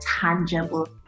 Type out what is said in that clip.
tangible